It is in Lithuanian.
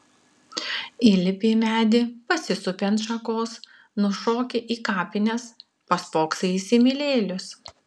įlipi į medį pasisupi ant šakos nušoki į kapines paspoksai į įsimylėjėlius